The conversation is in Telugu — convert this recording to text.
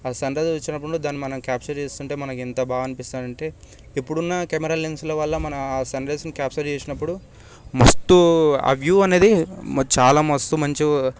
ఆ సన్రైజ్ వచ్చినప్పుడు మనం దానికి క్యాప్చర్ చేస్తుంటే ఉంటే మనకు ఎంత బాగా అనిపిస్తుంది అంటే ఇప్పుడు ఉన్న కెమెరా లెన్సులవల్ల ఆ సన్రైజ్ని క్యాప్చర్ చేసినప్పుడు మస్తు ఆ వ్యూ అనేది చాలా మస్త్ మంచిగా